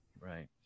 right